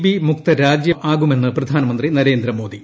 B മുക്ത രാജ്യമാകുമെന്ന് പ്രധാന മന്ത്രി നരേന്ദ്രമോദി